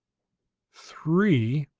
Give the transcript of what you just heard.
three?